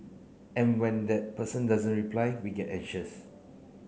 and when that person doesn't reply we get anxious